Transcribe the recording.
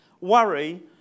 Worry